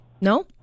No